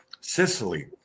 Sicily